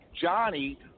Johnny